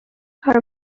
are